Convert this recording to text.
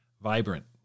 vibrant